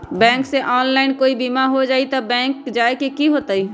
Bank से online कोई बिमा हो जाई कि बैंक जाए के होई त?